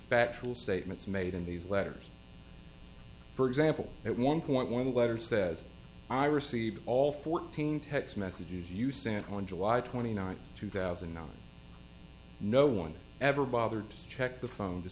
statements made in these letters for example at one point one letter says i received all fourteen text messages you sent on july twenty ninth two thousand and nine no one ever bothered to check the phone to